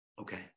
Okay